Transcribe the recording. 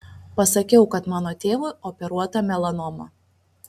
pasakiau kad mano tėvui operuota melanoma